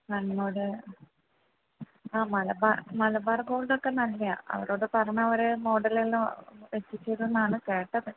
കണ്ണൂർ ആ മലബാര് മലബാര് ഗോള്ഡൊക്കെ നല്ലതാണ് അവരോട് പറഞ്ഞാൽ അവർ മോഡലെല്ലം എത്തിച്ചുതരും എന്നാണ് കേട്ടത്